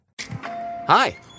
Hi